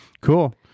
Cool